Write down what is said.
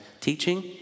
Teaching